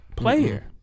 Player